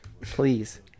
Please